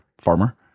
farmer